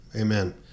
amen